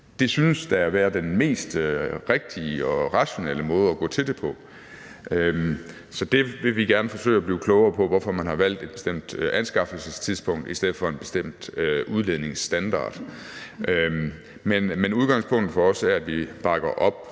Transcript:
Det synes da at være den mest rigtige og rationelle måde at gå til det på. Så vi vil gerne forsøge at blive klogere på, hvorfor man har valgt et bestemt anskaffelsestidspunkt i stedet for en bestemt udledningsstandard, men udgangspunktet for os er, at vi bakker op